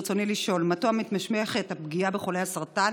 ברצוני לשאול: מדוע מתמשכת הפגיעה בחולי הסרטן